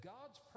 God's